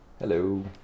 hello